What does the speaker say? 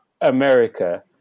America